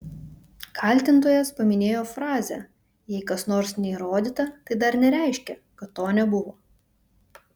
kaltintojas paminėjo frazę jei kas nors neįrodyta tai dar nereiškia kad to nebuvo